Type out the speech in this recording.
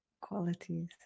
qualities